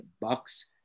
Bucks